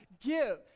give